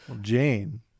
Jane